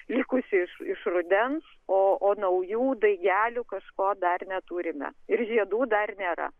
likusi iš iš rudens o o naujų daigelių kažko dar neturime ir žiedų dar nėra